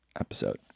episode